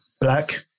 black